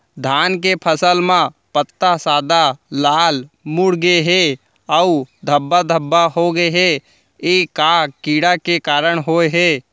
धान के फसल म पत्ता सादा, लाल, मुड़ गे हे अऊ धब्बा धब्बा होगे हे, ए का कीड़ा के कारण होय हे?